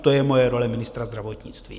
To je moje role ministra zdravotnictví.